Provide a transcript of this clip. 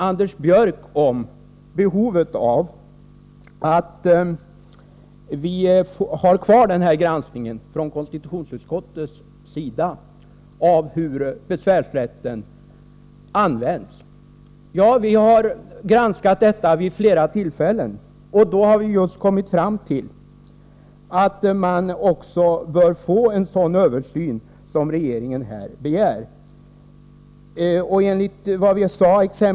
Anders Björck talade om behovet av att ha kvar granskningen från konstitutionsutskottets sida av hur besvärsrätten används. Ja, vi har granskat detta vid flera tillfällen och kommit fram till att just en sådan översyn som regeringen begär bör göras.